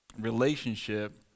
relationship